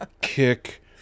kick